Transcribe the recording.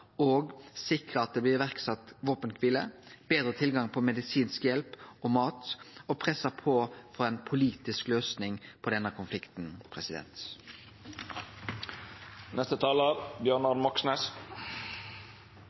òg sikre at det blir sett i verk våpenkvile, betre tilgang på medisinsk hjelp og mat og presse på for ei politisk løysing på denne